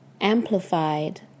amplified